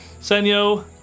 Senyo